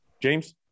James